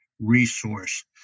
resource